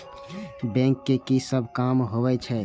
Bank के की सब काम होवे छे?